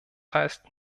heißt